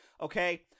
Okay